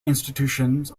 institutions